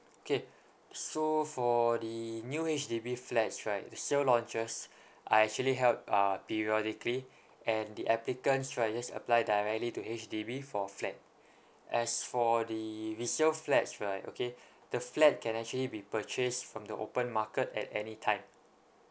K so for the new H_D_B flats right the sale launches are actually held uh periodically and the applicants right just apply directly to H_D_B for a flat as for the resale flats right okay the flat can actually be purchased from the open market at anytime